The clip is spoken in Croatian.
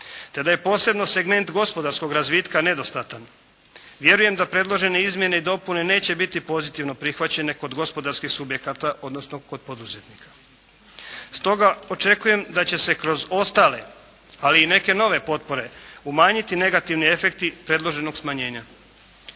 te da je posebno segment gospodarskog razvitka nedostatan. Vjerujem da predložene izmjene i dopune neće biti pozitivno prihvaćene kod gospodarskih subjekata, odnosno kod poduzetnika. Stoga očekujem da će se kroz ostale, ali i neke nove potpore, umanjiti negativni efekti predloženog smanjenja.